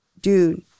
dude